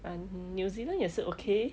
um new zealand 也是 okay